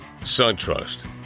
SunTrust